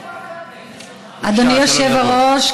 אדוני היושב-ראש,